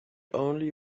only